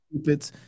stupid